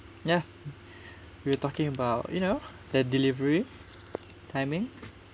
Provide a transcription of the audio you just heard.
ya we were talking about you know the delivery timing